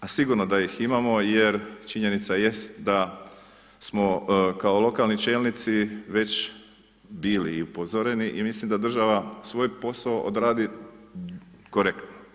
A sigurno da ih imamo, jer činjenica jest da smo kao lokalni čelnici već bili i upozoreni i mislim da država svoj posao odradi korektno.